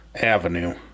Avenue